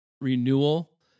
renewal